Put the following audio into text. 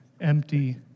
Empty